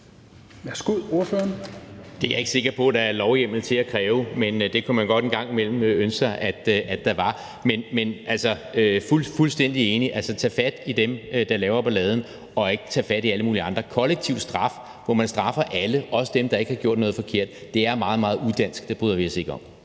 jeg ikke sikker på der er lovhjemmel til at kræve, men det kunne man en gang imellem godt ønske sig der var. Men jeg er fuldstændig enig i, at man skal tage fat i dem, der laver balladen, og ikke tage fat i alle mulige andre. En kollektiv straf, hvor man straffer alle, også dem, der ikke har gjort noget forkert, er meget, meget udansk, og det bryder vi os ikke om.